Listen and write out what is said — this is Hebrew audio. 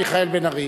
מיכאל בן-ארי.